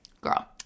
girl